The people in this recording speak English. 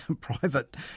private